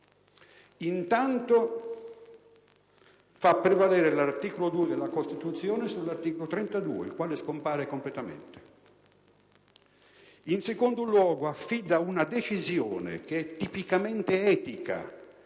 Intanto fa prevalere l'articolo 2 della Costituzione sull'articolo 32, il quale scompare completamente. In secondo luogo affida una decisione che è tipicamente etica,